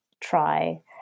try